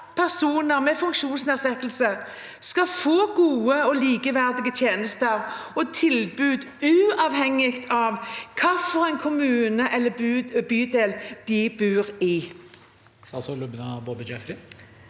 personer med funksjonsnedsettelse skal få gode og likeverdige tjenester og tilbud uavhengig av hvilken kommune eller bydel de bor i?